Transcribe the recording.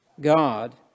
God